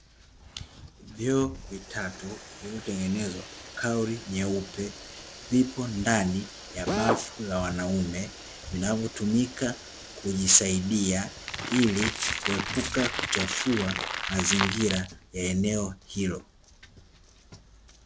Vyoo vitatu vilivyotengezwa kauri nyeupe, vipo ndani ya bafu la wanaume, vinavyotumika ili kujisaidia ili kuepuka kuchafu mazingira ya eneo hilo.